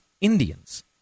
Indians